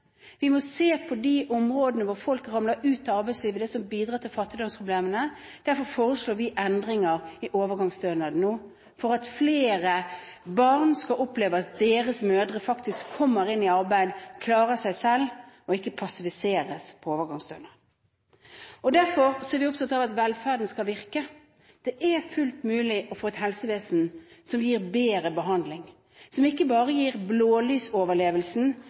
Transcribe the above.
Vi må se på de områdene hvor folk ramler ut av arbeidslivet, det som bidrar til fattigdomsproblemene. Derfor foreslår vi endringer i overgangsstønaden nå, for at flere barn skal oppleve at deres mødre faktisk kommer i arbeid, klarer seg selv og ikke passiviseres på overgangsstønad. Derfor er vi opptatt av at velferden skal virke. Det er fullt mulig å få et helsevesen som gir bedre behandling, som ikke bare gir blålysoverlevelsen,